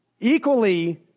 Equally